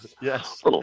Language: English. Yes